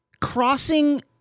crossing